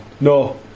no